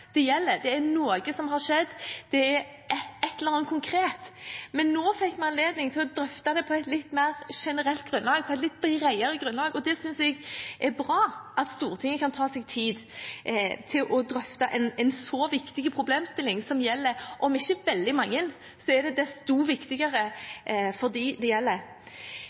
det gjelder, når det er noe som har skjedd, når det er et eller annet konkret. Men nå fikk vi anledning til å drøfte det på et litt mer generelt grunnlag, på et litt bredere grunnlag. Jeg synes det er bra at Stortinget kan ta seg tid til å drøfte en så viktig problemstilling, som selv om den ikke gjelder veldig mange, er desto viktigere for dem det gjelder.